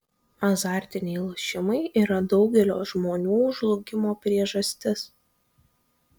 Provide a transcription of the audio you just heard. azartiniai lošimai yra daugelio žmonių žlugimo priežastis